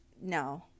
No